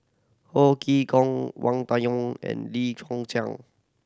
Ho Chee Kong Wang Dayuan and Lim Chwee Chian